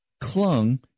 clung